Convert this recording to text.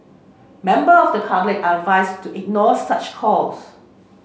member of the public are advised to ignore such calls